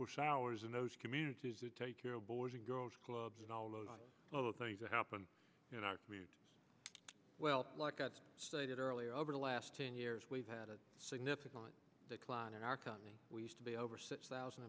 or showers in those communities to take care of boys and girls clubs and all those little things that happen in our community well like i stated earlier over the last ten years we've had a significant decline in our company we used to be over six thousand